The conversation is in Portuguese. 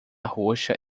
roxa